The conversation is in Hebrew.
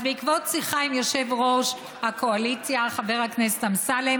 בעקבות שיחה עם יושב-ראש הקואליציה חבר הכנסת אמסלם